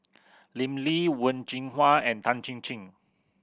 Lim Lee Wen Jinhua and Tan Chin Chin